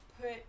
put